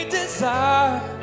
desire